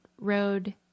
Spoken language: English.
road